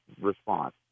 response